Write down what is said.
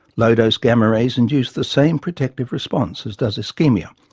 low-dose gamma rays induce the same protective response as does ischemia.